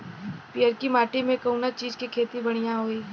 पियरकी माटी मे कउना चीज़ के खेती बढ़ियां होई?